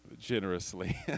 generously